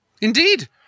indeed